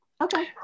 Okay